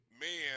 man